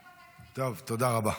טוב, תודה רבה.